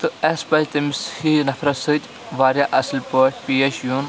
تہٕ اَسہِ پَزِ تٔمسٕے نَفرَس سۭتۍ واریاہ اَصٕل پٲٹھۍ پیش یُن